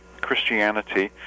Christianity